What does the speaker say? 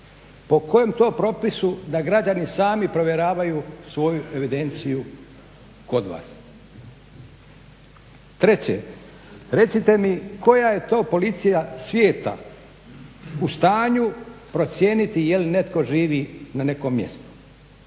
Po kojem to propisu da građani sami provjeravaju svoju evidenciju kod vas. Treće, recite mi koja je to policija svijeta u stanju procijeniti je li netko živi na nekom mjestu?